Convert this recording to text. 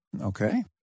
Okay